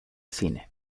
cine